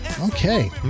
Okay